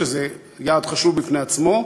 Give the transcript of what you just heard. שזה יעד חשוב בפני עצמו,